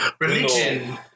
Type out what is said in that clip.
Religion